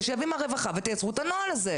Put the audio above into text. תשב עם הרווחה, ותייצרו את הנוהל הזה.